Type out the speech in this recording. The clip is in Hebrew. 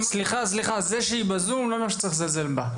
סליחה, זה שהיא בזום לא אומר שצריך לזלזל בה.